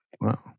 Wow